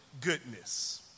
goodness